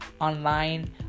online